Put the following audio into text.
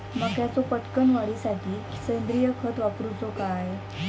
मक्याचो पटकन वाढीसाठी सेंद्रिय खत वापरूचो काय?